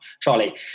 Charlie